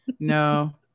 No